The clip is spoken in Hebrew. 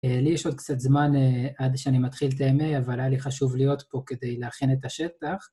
לי יש עוד קצת זמן עד שאני מתחיל תאמה, אבל היה לי חשוב להיות פה כדי להכין את השטח.